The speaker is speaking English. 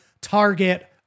target